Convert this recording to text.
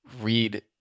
read